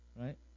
Right